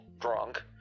drunk